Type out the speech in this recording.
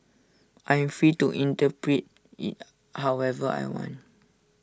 I am free to interpret IT however I want